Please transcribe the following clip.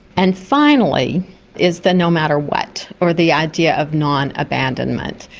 and finally is the no matter what, or the idea of non-abandonment.